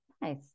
nice